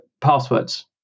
Passwords